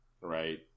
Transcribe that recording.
Right